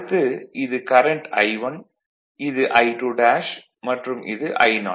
அடுத்து இது current I1 இது I2 மற்றும் இது I0